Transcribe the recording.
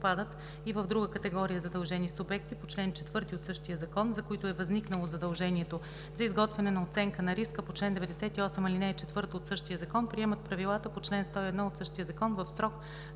и в друга категория задължени субекти по чл. 4 от същия закон, за които е възникнало задължението за изготвяне на оценка на риска по чл. 98, ал. 4 от същия закон, приемат правилата по чл. 101 от същия закон в срок